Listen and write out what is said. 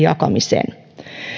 jakamisen